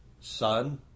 son